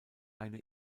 eine